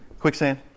Quicksand